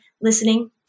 listening